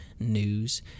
news